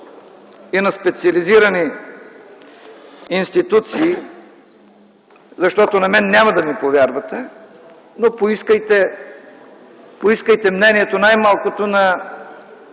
и на специализираните институции, защото на мен няма да ми повярвате, но поискайте мнението най-малкото на